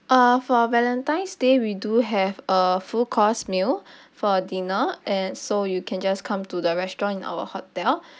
uh for valentine's day we do have a full course meal for dinner and so you can just come to the restaurant in our hotel